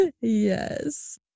Yes